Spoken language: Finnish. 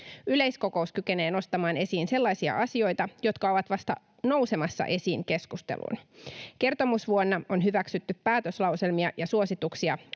Yleiskokous kykenee nostamaan esiin sellaisia asioita, jotka ovat vasta nousemassa esiin keskusteluun. Kertomusvuonna on hyväksytty päätöslauselmia ja suosituksia